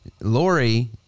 Lori